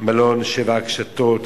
במלון "שבע הקשתות",